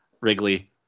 Wrigley